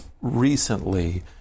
recently